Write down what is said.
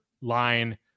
line